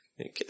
Okay